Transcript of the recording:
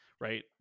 right